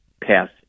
pass